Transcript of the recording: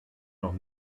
noch